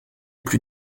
plus